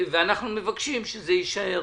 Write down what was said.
אני מבקש שזה יישאר.